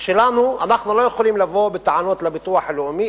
אנחנו לא יכולים לבוא בטענות לביטוח הלאומי.